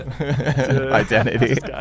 identity